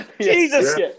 Jesus